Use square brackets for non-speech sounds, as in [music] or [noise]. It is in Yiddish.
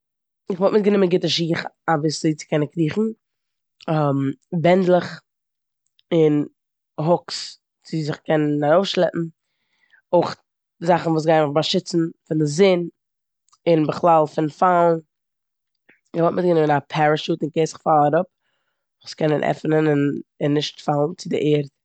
כ'וואלט מיטגענומען גוטע שיך, אבוויעסלי, צו קענען קריכן. [hesitation] בענדלעך און הוקס צו זיך קענען ארויפשלעפן. אויך זאכן וואס גייען מיך באשיצן פון די זון און בכלל פון פאלן. איך וואלט מיטגענומען א פערעשוט אין קעיס איך פאל אראפ, כ'זאל עס קענען עפענען און- און נישט פאלן צו די ערד.